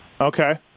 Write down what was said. Okay